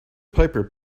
piper